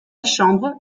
chambre